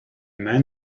man